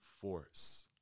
force